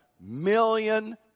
million